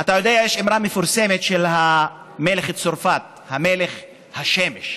אתה יודע, יש אמרה מפורסמת של מלך צרפת, מלך השמש.